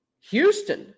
Houston